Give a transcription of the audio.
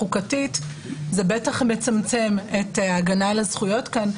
שחוקתית זה בטח מצמצם את ההגנה על הזכויות כאן,